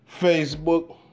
Facebook